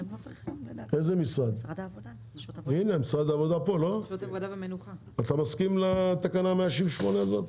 משרד העבודה פה, אתה מסכים לתקנה 168?